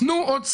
תנו עוד סיוע.